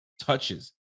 touches